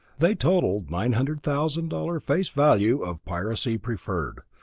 they totalled nine hundred thousand dollars face value of piracy preferred,